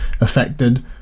affected